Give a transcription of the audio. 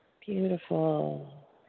Beautiful